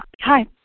Hi